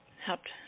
helped